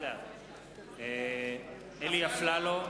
(קורא בשמות חברי הכנסת) אלי אפללו,